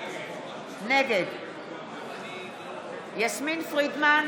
נגד יסמין פרידמן,